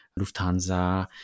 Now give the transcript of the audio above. Lufthansa